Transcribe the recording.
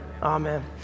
Amen